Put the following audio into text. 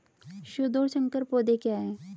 शुद्ध और संकर पौधे क्या हैं?